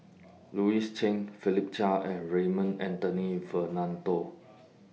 Louis Chen Philip Chia and Raymond Anthony Fernando